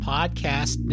Podcast